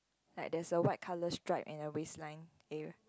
like there's a white colour stripe at the waistline area